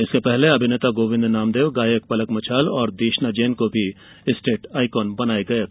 इसके पहले अभिनेता गोविंद नामदेव गायक पलक मुछाल और देशना जैन को भी स्टेट ऑइकॉन बनाया गया है